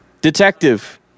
Detective